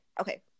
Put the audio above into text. Okay